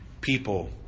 people